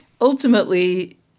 ultimately